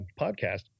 podcast